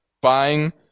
buying